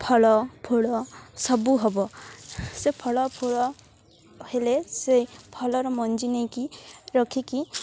ଫଳ ଫୁଳ ସବୁ ହେବ ସେ ଫଳ ଫୁଳ ହେଲେ ସେ ଫଲର ମଞ୍ଜି ନେଇକରି ରଖିକି